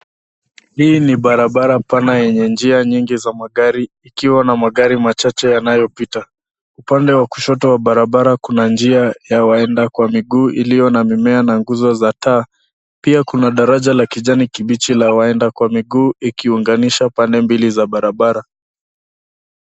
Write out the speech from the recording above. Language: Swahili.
Hii ni barabara pana yenye njia nyingi za magari ikiwa na magari machache yanayopita. Upande wa kushoto wa barabara kuna njia ya waenda kwa miguu iliyo na mimea na nguzo za taa. Pia kuna daraja la kijani kibichi la waenda kwa miguu ikiunganisha pande mbili za barabara.